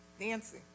Nancy